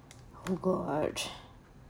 you go arch